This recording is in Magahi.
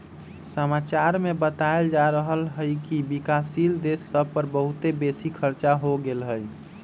समाचार में बतायल जा रहल हइकि विकासशील देश सभ पर बहुते बेशी खरचा हो गेल हइ